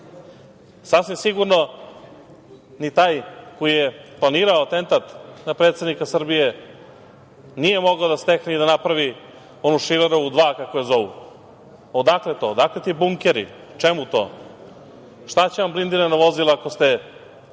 sigurno ni taj koji je planirao atentat na predsednika Srbije nije mogao da stekne, da napravi onu Šilerovu 2, kako je zovu. Odakle to? Odakle ti bunkeri? Čemu to? Šta će vam blindirana vozila, ako ste